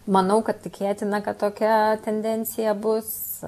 manau kad tikėtina kad tokia tendencija bus